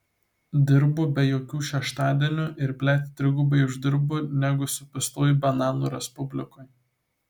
dirbu be jokių šeštadienių ir blet trigubai uždirbu negu supistoj bananu respublikoj